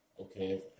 Okay